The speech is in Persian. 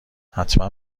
حتما